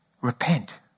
Repent